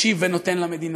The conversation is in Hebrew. משיב ונותן למדינה.